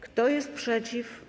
Kto jest przeciw?